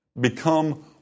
become